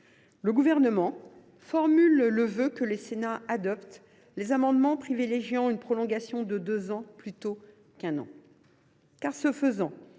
Le Gouvernement formule le vœu que le Sénat adopte les amendements tendant à privilégier une prolongation de deux ans, plutôt qu’un an.